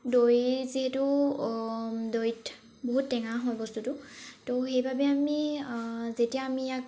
দৈ যিহেতু দৈত বহুত টেঙা হয় বস্তুটো ত' সেইবাবে আমি যেতিয়া আমি ইয়াক